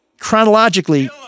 chronologically